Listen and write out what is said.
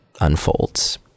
unfolds